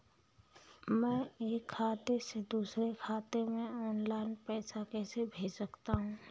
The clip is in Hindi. मैं एक खाते से दूसरे खाते में ऑनलाइन पैसे कैसे भेज सकता हूँ?